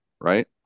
right